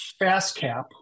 Fastcap